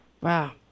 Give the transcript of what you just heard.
wow